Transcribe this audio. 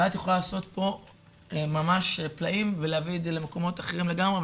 ואת יכולה לעשות פה ממש פלאים ולהביא את זה למקומות אחרים לגמרי,